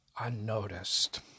unnoticed